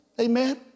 Amen